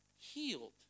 healed